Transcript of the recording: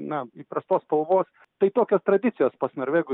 na įprastos spalvos tai tokios tradicijos pas norvegus